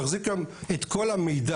מחזיק היום את כל המידע,